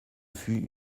fut